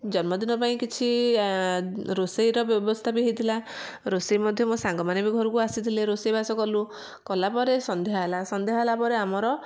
ଜନ୍ମଦିନ ପାଇଁ କିଛି ରୋଷେଇର ବ୍ୟବସ୍ଥା ବି ହେଇଥିଲା ରୋଷେଇ ମଧ୍ୟ ମୋ ସାଙ୍ଗମାନେ ବି ଘରକୁ ଆସିଥିଲେ ରୋଷେଇ ବାସ କଲୁ କଲାପରେ ସନ୍ଧ୍ୟା ହେଲା ସନ୍ଧ୍ୟା ହେଲା ପରେ ଆମର